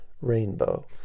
rainbow